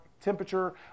temperature